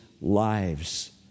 lives